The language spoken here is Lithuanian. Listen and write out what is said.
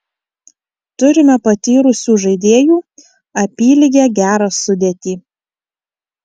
turime patyrusių žaidėjų apylygę gerą sudėtį